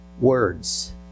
words